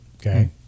okay